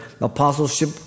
apostleship